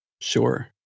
Sure